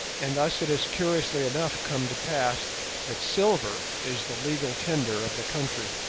and thus it has curiously enough come to pass that silver is the legal tender of the country.